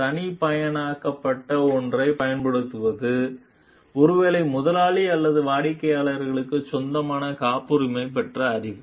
தனிப்பயனாக்கப்பட்ட ஒன்றைப் பயன்படுத்துவது ஒருவேளை முதலாளி அல்லது வாடிக்கையாளருக்குச் சொந்தமான காப்புரிமை பெற்ற அறிவு